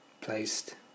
placed